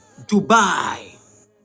Dubai